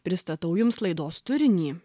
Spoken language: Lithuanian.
pristatau jums laidos turinį